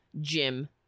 Jim